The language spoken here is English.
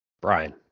Brian